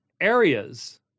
areas